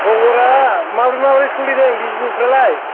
खबरा माब्रै माब्रै सलिदों बिजिनेसफ्रालाय